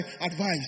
advice